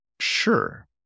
sure